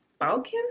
Balkan